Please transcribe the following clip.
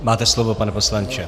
Máte slovo, pane poslanče.